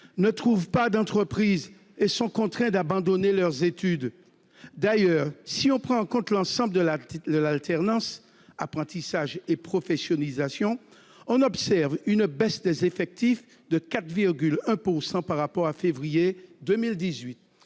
ne trouvent pas d'entreprise et sont contraints d'abandonner leurs études. D'ailleurs, si l'on prend en compte l'ensemble de l'alternance, apprentissage et professionnalisation, on observe une baisse des effectifs de 4,1 % par rapport à février 2018.